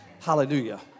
Hallelujah